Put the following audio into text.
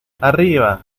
arriba